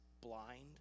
blind